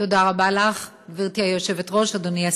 תודה רבה לך, גברתי היושבת-ראש, אדוני השר,